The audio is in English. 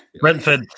Brentford